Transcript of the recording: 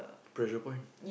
pressure point